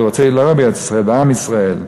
בארץ-ישראל, לא בארץ-ישראל, בעם ישראל.